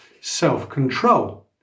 self-control